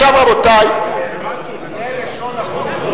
כלשון החוק.